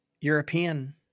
European